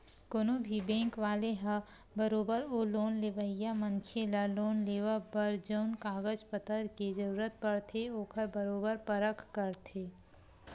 कोनो भी बेंक वाले ह बरोबर ओ लोन लेवइया मनखे ल लोन लेवब बर जउन कागज पतर के जरुरत पड़थे ओखर बरोबर परख करथे